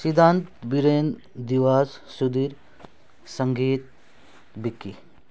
सिद्धान्त बिरेन दिवश सुधीर सङ्गीत बिक्की